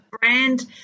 brand